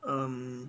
um